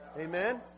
Amen